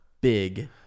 big